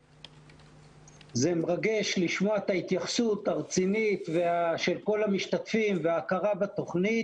וזה מרגש לשמוע את ההתייחסות הרצינית של כל המשתתפים וההכרה בתוכנית.